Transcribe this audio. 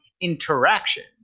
interactions